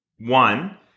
One